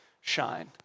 shine